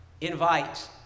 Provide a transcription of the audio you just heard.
Invite